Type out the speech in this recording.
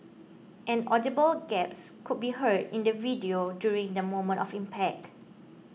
an audible gasp could be heard in the video during the moment of impact